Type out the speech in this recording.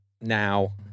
now